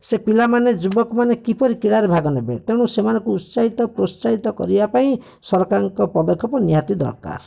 ସେ ପିଲାମାନେ ଯୁବକମାନେ କିପରି କ୍ରୀଡ଼ାରେ ଭାଗ ନେବେ ତେଣୁ ସେମାନଙ୍କୁ ଉତ୍ସାହିତ ପ୍ରୋତ୍ସାହିତ କରିବା ପାଇଁ ସରକାରଙ୍କ ପଦକ୍ଷେପ ନିହାତି ଦରକାର